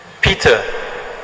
Peter